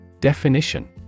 Definition